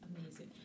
amazing